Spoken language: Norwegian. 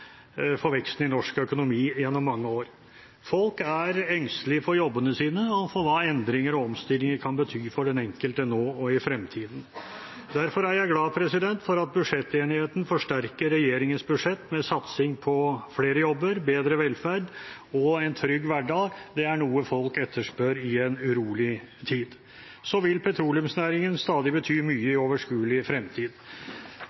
for veksten i norsk økonomi gjennom mange år. Folk er engstelige for jobbene sine og for hva endringer og omstillinger kan bety for den enkelte nå og i fremtiden. Derfor er jeg glad for at budsjettenigheten forsterker regjeringens budsjett med satsing på flere jobber, bedre velferd og en trygg hverdag. Det er noe folk etterspør i en urolig tid. Petroleumsnæringen vil stadig bety mye